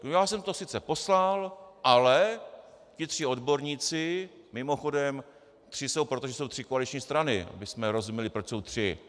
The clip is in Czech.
Já jsem to sice poslal, ale ti tři odborníci mimochodem tři jsou proto, že jsou tři koaliční strany, abychom rozuměli, proč jsou tři.